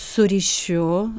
su ryšiu